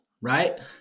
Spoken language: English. right